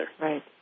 Right